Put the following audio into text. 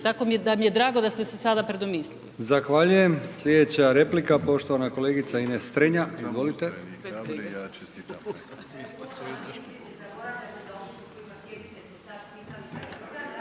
da mi je drago da ste se sada predomislili.